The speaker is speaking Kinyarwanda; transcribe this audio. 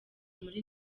muri